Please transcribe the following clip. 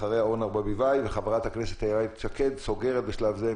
אחריו אורנה ברביבאי וחברת הכנסת איילת שקד סוגרת בשלב זה.